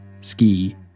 ski